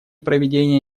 проведения